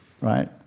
Right